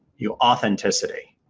your authenticity